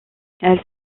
elle